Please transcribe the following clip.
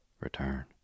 return